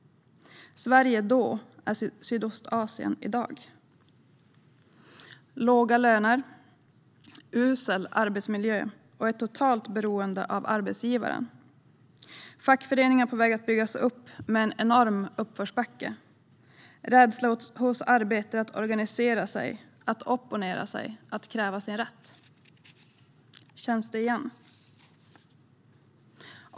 Sverige då är Sydostasien i dag. Det är låga löner, usel arbetsmiljö och ett totalt beroende av arbetsgivare. Fackföreningar är på väg att byggas upp i en enorm uppförsbacke. Det finns en rädsla hos arbetare att organisera sig, att opponera sig och att kräva sin rätt. Känns det igen?